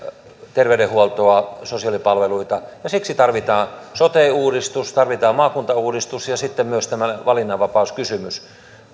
terveydenhuoltoa ja laadukkaita sosiaalipalveluita ja siksi tarvitaan sote uudistus tarvitaan maakuntauudistus ja sitten myös tämä valinnanvapauskysymys